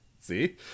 see